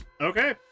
Okay